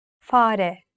Fare